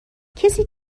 کسی